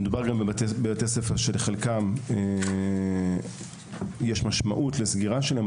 מדובר בבתי ספר שלחלקם יש משמעות לסגירה שלהם,